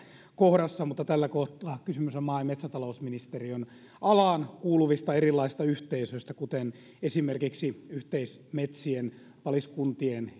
kohdassa mutta tällä kohtaa kysymys on erilaisista maa ja metsätalousministeriön alaan kuuluvista yhteisöistä kuten esimerkiksi yhteismetsien paliskuntien